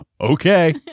Okay